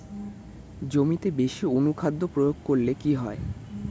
জমিতে বেশি অনুখাদ্য প্রয়োগ করলে কি হয়?